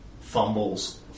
Fumbles